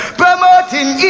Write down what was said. promoting